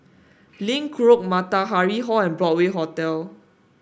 Link Road Matahari Hall and Broadway Hotel